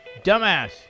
Dumbass